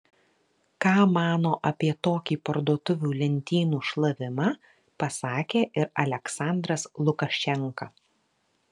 ką mano apie tokį parduotuvių lentynų šlavimą pasakė ir aliaksandras lukašenka